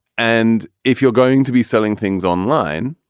and if you're going to be selling things online,